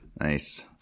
Nice